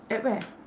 at where